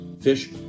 fish